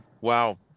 Wow